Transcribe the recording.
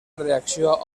reacció